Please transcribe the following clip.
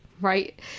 right